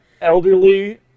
elderly